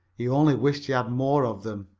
he only wished he had more of them.